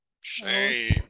Shame